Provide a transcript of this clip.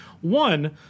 one